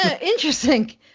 Interesting